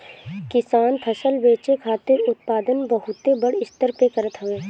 किसान फसल बेचे खातिर उत्पादन बहुते बड़ स्तर पे करत हवे